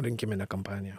rinkiminę kampaniją